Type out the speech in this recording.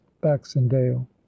baxendale